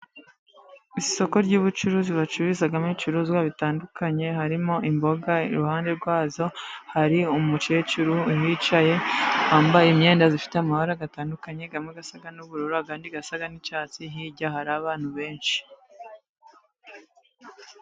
Isoko ry'ubucuruzi bacururizagamo ibicuruzwa bitandukanye harimo imboga, iruhande rwazo hari umukecuru wicaye wambaye imyenda ifite amabara atandukanye, amwe asa n'ubururu ,ayandi asa n'icyatsi hijya hari abantu benshi.